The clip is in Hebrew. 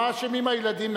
מה אשמים הילדים?